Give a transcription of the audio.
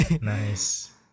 Nice